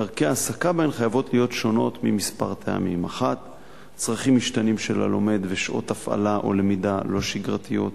דרכי ההעסקה בהן חייבות להיות שונות מכמה טעמים: 1. צרכים משתנים של הלומד ושעות הפעלה או למידה לא שגרתיות,